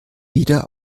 wieder